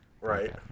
Right